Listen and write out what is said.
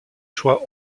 choix